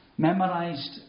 memorized